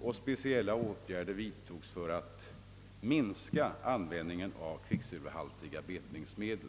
och speciella åtgärder vidtogs för att minska användningen av kvicksilverhaltiga betningsmedel.